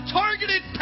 targeted